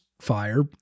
fire